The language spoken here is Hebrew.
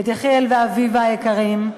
את יחיאל ואביבה היקרים,